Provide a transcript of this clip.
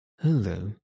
Hello